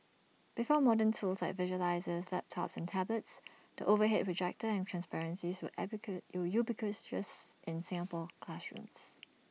before modern tools like visualisers laptops and tablets the overhead projector and transparencies were ubiquitous dress in Singapore classrooms